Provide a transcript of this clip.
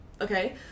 okay